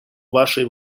вашей